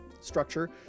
structure